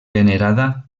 venerada